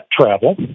travel